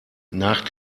nach